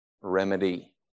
remedy